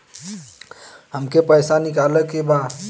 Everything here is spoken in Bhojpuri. हमके पैसा निकाले के बा